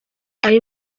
ari